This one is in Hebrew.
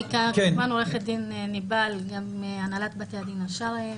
אני עורכת דין ניבאל, גם מהנהלת בתי הדין השרעיים.